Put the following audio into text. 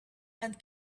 and